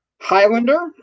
Highlander